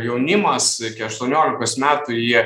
jaunimas iki aštuoniolikos metų jie